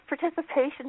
participation